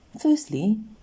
firstly